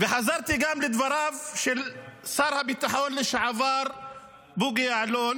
וחזרתי גם לדבריו של שר הביטחון לשעבר בוגי יעלון,